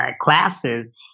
classes